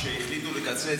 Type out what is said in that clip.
כשהחליטו לקצץ,